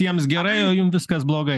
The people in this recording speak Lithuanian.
jiems gerai o jum viskas blogai